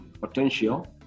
potential